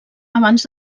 abans